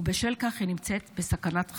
ובשל כך היא נמצאת בסכנת חיים.